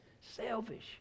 Selfish